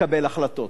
לקבל החלטות.